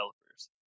developers